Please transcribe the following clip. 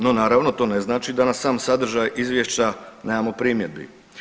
No naravno to ne znači da na sam sadržaj izvješća nemamo primjedbi.